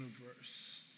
universe